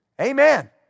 Amen